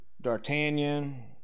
d'artagnan